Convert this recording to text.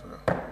תודה.